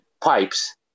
pipes